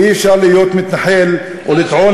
אי-אפשר להיות מתנחל ולטעון,